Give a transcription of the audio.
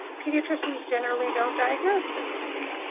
pediatricians generally don't diagnose dyslexia.